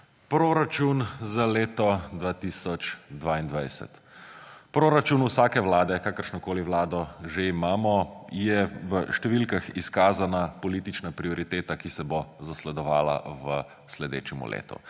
Proračun za leto 2022. Proračun vsake vlade, kakršnokoli vlado že imamo, je v številkah izkazana politična prioriteta, ki se bo zasledovala v naslednjem letu